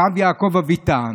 הרב יעקב אביטן,